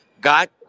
got